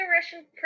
Russian